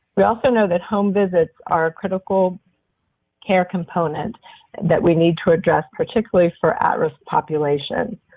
we also know that home visits are a critical care component that we need to address particularly for at-risk populations.